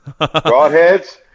Broadheads